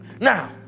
Now